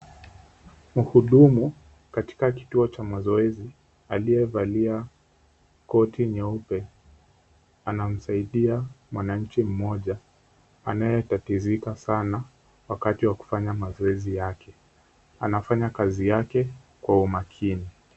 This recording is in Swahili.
Mhudumu katika kituo cha mazoezi aliyevalia koti nyeupe anamsaidia mwanamke mmoja anayetatizika sana wakati wa kufanya mazoezi yake. Anafanya kazi yake kwa umakini.